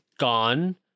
Gone